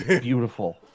beautiful